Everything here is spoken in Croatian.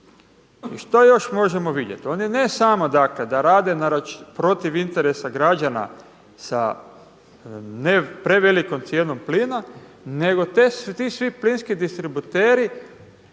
I što još možemo vidjeti, oni ne samo dakle da rade protiv interesa građana sa ne prevelikom cijenom plina nego ti svi plinski distributeri